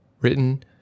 Written